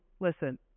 Listen